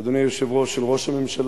אדוני היושב-ראש, של ראש הממשלה